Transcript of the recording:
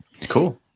Cool